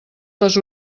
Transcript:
les